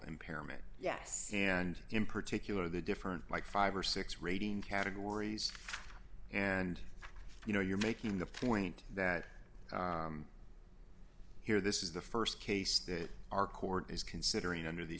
impairment yes and in particular the different like five or six rating categories and you know you're making the point that here this is the st case that our court is considering under these